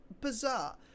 bizarre